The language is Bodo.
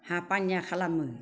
हाफानिया खालामो